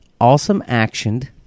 awesome-actioned